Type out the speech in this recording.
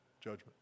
judgment